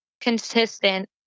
consistent